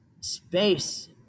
space